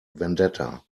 vendetta